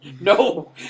No